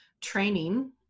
training